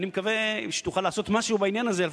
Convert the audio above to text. אני מקווה שתוכל לעשות משהו בעניין הזה,